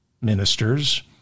ministers